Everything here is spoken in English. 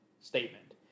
statement